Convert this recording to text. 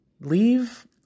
leave